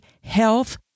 health